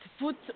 put